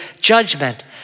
judgment